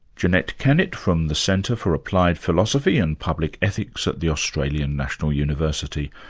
jeanette kennett from the centre for applied philosophy and public ethics at the australian national university,